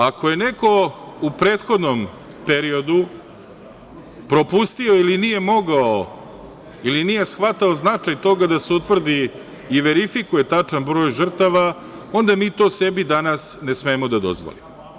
Ako je neko u prethodnom periodu propustio ili nije mogao ili nije shvatao značaj toga da se utvrdi i verifikuje tačan broj žrtava, onda mi to sebi danas ne smemo da dozvolimo.